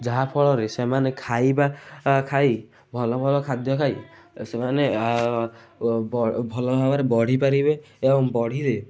ଯାହାଫଳରେ ସେମାନେ ଖାଇବା ଖାଇ ଭଲ ଭଲ ଖାଦ୍ୟ ଖାଇ ସେମାନେ ଭଲ ଭାବରେ ବଢ଼ିପାରିବେ ଏବଂ ବଢ଼ିଲେ